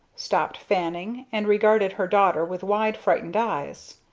stopped fanning, and regarded her daughter with wide frightened eyes.